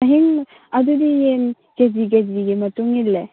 ꯑꯍꯤꯡꯕ ꯑꯗꯨꯗꯤ ꯌꯦꯟ K G ꯀꯦ ꯖꯤꯒꯤ ꯃꯇꯨꯡ ꯏꯜꯂꯦ